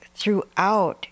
Throughout